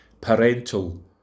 parental